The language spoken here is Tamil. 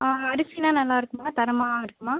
அரிசியெலாம் நல்லா இருக்குமா தரமாக இருக்குமா